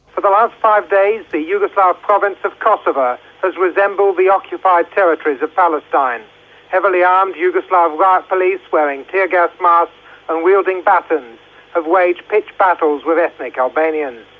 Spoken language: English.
the last five days, the yugoslav province of kosovo has resembled the occupied territories of palestine heavily armed yugoslav riot police, wearing tear-gas masks and wielding batons have waged pitched battles with ethnic albanians.